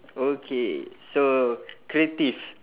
okay so creative